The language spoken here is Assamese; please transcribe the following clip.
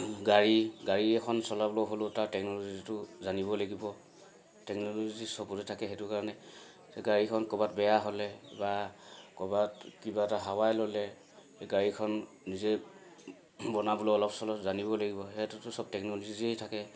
গাড়ী গাড়ী এখন চলাবলৈ হ'লেও তাৰ টেকন'লজিটো জানিবই লাগিব টেকন'ল'জি চবতে থাকে সেইটো কাৰণে গাড়ীখন ক'ৰবাত বেয়া হ'লে বা ক'ৰবাত কিবা এটা হাৱাই ল'লে সেই গাড়ীখন নিজে বনাবলৈ অলপ চলপ জানিবই লাগিব সেইটোতো চব টেকনলজিয়েই থাকে